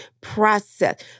process